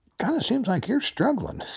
kind of seems like you're struggling.